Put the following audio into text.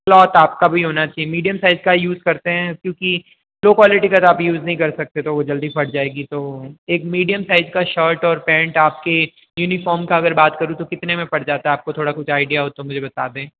plot आपका भी होना चाहिए मीडियम साइज का यूज़ करते हैं क्योंकि दो क्वालिटी का तो आप यूज़ नहीं कर सकते तो वो जल्दी फट जाएगी तो एक मीडियम साइज का शर्ट और पैंट आपके यूनिफॉर्म का अगर बात करूँ तो कितने में पड़ जाता है आपको थोड़ा कुछ आईडिया हो तो मुझे बता दें